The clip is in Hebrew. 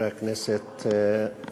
ראשון הדוברים, חבר הכנסת ג'מאל זחאלקה.